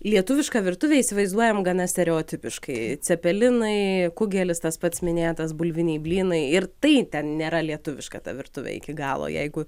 lietuvišką virtuvę įsivaizduojam gana stereotipiškai cepelinai kugelis tas pats minėtas bulviniai blynai ir tai ten nėra lietuviška ta virtuvė iki galo jeigu